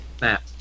Map